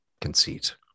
conceit